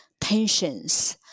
tensions